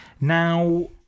now